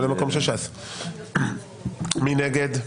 הרציפות, מי נגד?